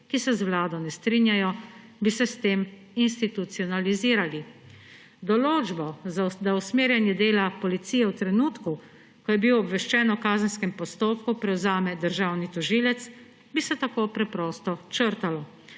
ki se z vlado ne strinjajo, bi se s tem institucionalizirali. Določbo, da usmerjanje dela policije v trenutku, ko je bil obveščen o kazenskem postopku, prevzame državni tožilec, bi se tako preprosto črtalo.